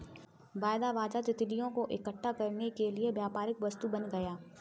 वायदा बाजार तितलियों को इकट्ठा करने के लिए व्यापारिक वस्तु बन गया